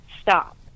stop